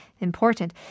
important